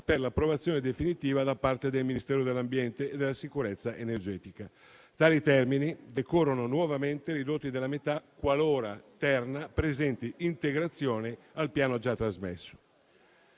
per l'approvazione definitiva da parte del Ministero dell'ambiente e della sicurezza energetica. Tali termini decorrono nuovamente, ridotti della metà, qualora Terna presenti integrazioni al piano già trasmesso.